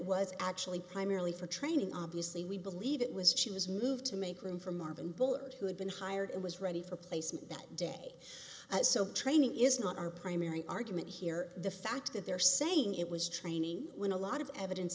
was actually primarily for training obviously we believe it was she was moved to make room for marvin bullard who had been hired and was ready for placement that day so training is not our primary argument here the fact that they're saying it was training when a lot of evidence